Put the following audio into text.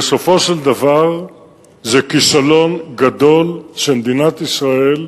בסופו של דבר זה כישלון גדול של מדינת ישראל,